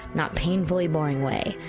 not painfully boring way,